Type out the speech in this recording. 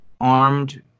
armed